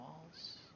walls